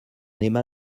aima